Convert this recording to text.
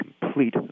complete